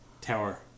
tower